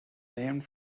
named